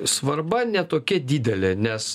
svarba ne tokia didelė nes